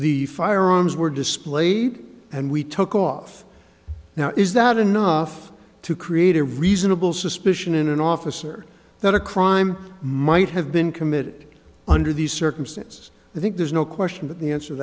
the firearms were displayed and we took off now is that enough to create a reasonable suspicion in an officer that a crime might have been committed under these circumstances i think there's no question but the answer t